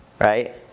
right